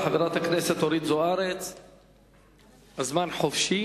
את מדברת בזמן חופשי